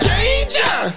Danger